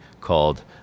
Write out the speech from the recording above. called